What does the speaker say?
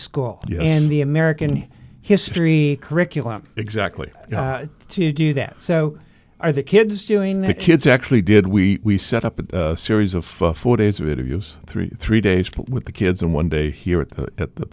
school and the american history curriculum exactly to do that so are the kids doing the kids actually did we set up a series of four days ahead of us three three days with the kids and one day here at the